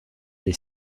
des